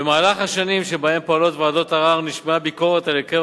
במהלך השנים שבהן פועלות ועדות ערר נשמעה ביקורת על הרכב